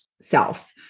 self